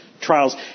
trials